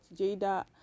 Jada